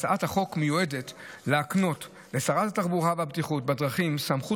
הצעת החוק מיועדת להקנות לשרת התחבורה והבטיחות בדרכים סמכות